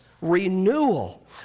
renewal